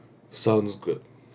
sounds good